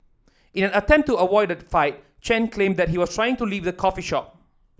in an attempt to avoid a fight Chen claimed that he was trying to leave the coffee shop